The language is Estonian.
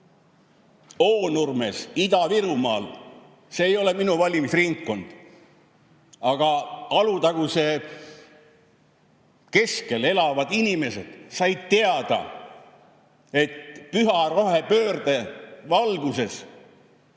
Oonurmes, Ida-Virumaal. See ei ole minu valimisringkond. Aga Alutaguse keskel elavad inimesed said teada, et püha rohepöörde valguses